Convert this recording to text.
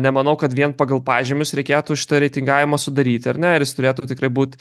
nemanau kad vien pagal pažymius reikėtų šitą reitingavimą sudaryt ar ne ir jis turėtų tikrai būt